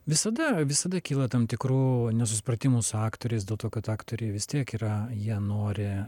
visada visada kyla tam tikrų nesusipratimų su aktoriais dėl to kad aktoriai vis tiek yra jie nori